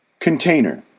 container